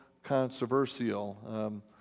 controversial